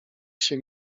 się